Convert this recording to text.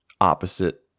opposite